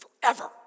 forever